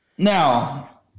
Now